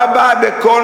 איפה היא מקבלת לגיטימציה?